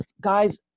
guys